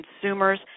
Consumers